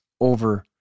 over